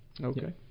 okay